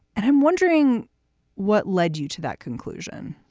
and i'm wondering what led you to that conclusion